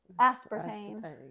aspartame